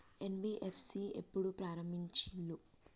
NBFC ఎప్పుడు ప్రారంభించిల్లు?